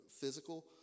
physical